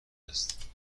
است